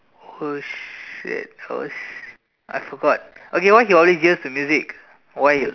oh shit oh sh I forgot okay what's your origins to music why you